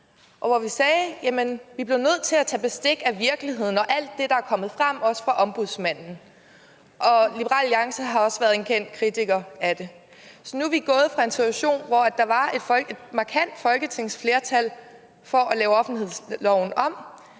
vi sagde: Jamen vi bliver nødt til at tage bestik af virkeligheden og alt det, der er kommet frem, også fra Ombudsmandens side. Liberal Alliance har også været en kendt kritiker af det. Så nu er vi gået fra en situation, hvor der var et markant folketingsflertal for at lave offentlighedsloven om,